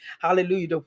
hallelujah